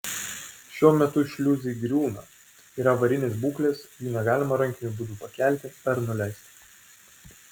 šiuo metu šliuzai griūna yra avarinės būklės jų negalima rankiniu būdu pakelti ar nuleisti